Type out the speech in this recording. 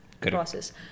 process